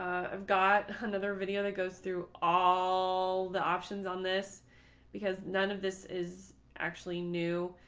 i've got another video that goes through all the options on this because none of this is actually new.